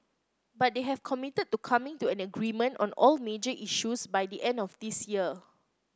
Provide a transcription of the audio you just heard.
but they have committed to coming to an agreement on all major issues by the end of this year